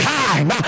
time